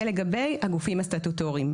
זה לגבי הגופים הסטטוטוריים.